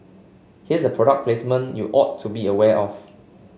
here's a product placement you ought to be aware of